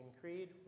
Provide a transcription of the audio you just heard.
Creed